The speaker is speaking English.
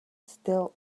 still